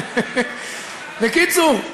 בקיצור,